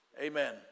Amen